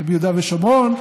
ביהודה ושומרון,